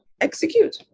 execute